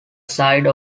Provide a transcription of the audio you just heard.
side